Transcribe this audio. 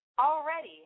Already